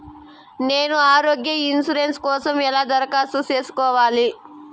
నేను ఆరోగ్య ఇన్సూరెన్సు కోసం ఎలా దరఖాస్తు సేసుకోవాలి